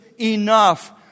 enough